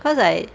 cause I